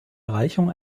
erreichung